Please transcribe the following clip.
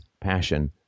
passion